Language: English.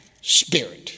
spirit